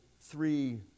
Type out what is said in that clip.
three